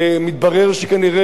אם היא עברה,